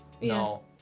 No